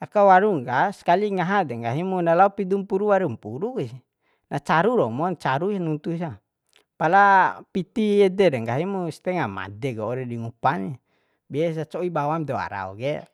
aka warung ka skali ngaha de nggahi mu na lao pidumpuru waru mpuru kusi na cau romon caru se nuntu sa pala piti ede re nggahi mu stenga madek waur di ngupa ni bes co'i bawam dawara wau ke